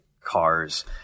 cars